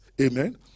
amen